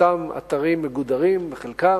אותם אתרים מגודרים בחלקם,